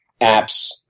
apps